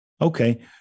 Okay